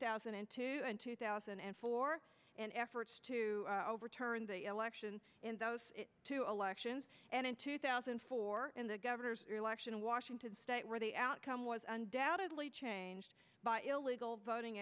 thousand and two and two thousand and four and efforts to overturn the election in those two elections and in two thousand and four in the governor's election in washington state where the outcome was undoubtedly changed by illegal voting